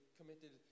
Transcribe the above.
committed